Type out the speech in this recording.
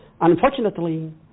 Unfortunately